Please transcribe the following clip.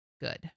good